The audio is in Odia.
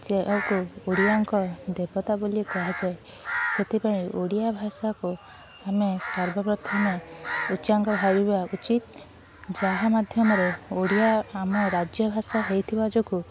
ଯାହାଙ୍ଗୁ ଓଡ଼ିଆଙ୍କ ଦେବତା ବୋଲି କୁହାଯାଏ ସେଥିପାଇଁ ଓଡ଼ିଆ ଭାଷାକୁ ଆମେ ସର୍ବ ପ୍ରଥମେ ଉଚ୍ଚାଙ୍ଗ ଭାବିବା ଉଚିତ୍ ଯାହା ମାଧ୍ୟମରେ ଓଡ଼ିଆ ଆମ ରାଜ୍ୟଭାଷା ହେଇଥିବା ଯୋଗୁଁ